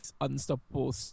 unstoppable